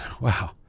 wow